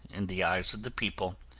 in the eyes of the people,